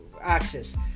access